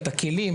את הכלים,